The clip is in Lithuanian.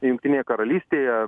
jungtinėje karalystėje